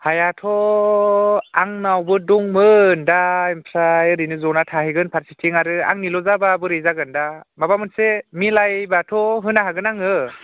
हायाथ' आंनावबो दंमोन दा ओमफ्राय ओरैनो ज'ना थाहैगोन फारसेथिं आरो आंनिल' जाब्ला बोरै जागोन दा माबा मोनसे मिलायब्लाथ' होनो हागोन आङो